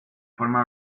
forma